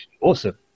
awesome